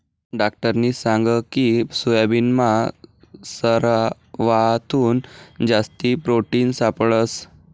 डाक्टरनी सांगकी सोयाबीनमा सरवाथून जास्ती प्रोटिन सापडंस